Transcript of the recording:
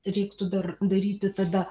reiktų dar daryti tada